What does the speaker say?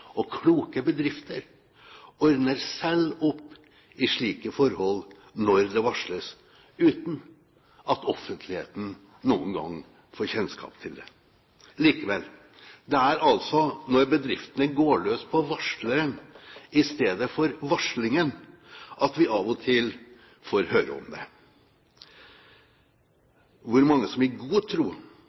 Kloke bedrifter ordner selv opp i slike forhold når det varsles, uten at offentligheten noen gang får kjennskap til det. Likevel, det er når bedriftene går løs på varsleren i stedet for varslingen, at vi av og til får høre om det. Hvor mange som i god tro